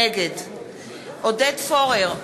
נגד עודד פורר,